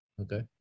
Okay